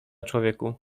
człowieku